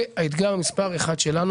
זה האתגר מספר אחד שלנו,